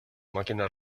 máquina